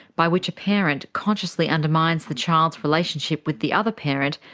by which a parent consciously undermines the child's relationship with the other parent,